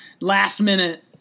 last-minute